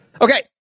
Okay